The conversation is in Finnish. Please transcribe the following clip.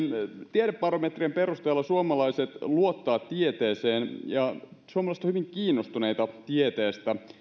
tiedebarometrien perusteella suomalaiset luottavat tieteeseen ja ovat hyvin kiinnostuneita tieteestä